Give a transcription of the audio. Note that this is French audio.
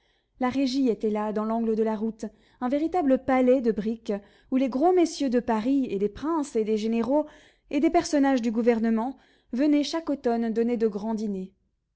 la régie était là dans l'angle de la route un véritable palais de briques où les gros messieurs de paris et des princes et des généraux et des personnages du gouvernement venaient chaque automne donner de grands